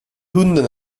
hunden